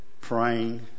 praying